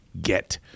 get